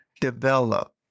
develop